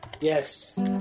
Yes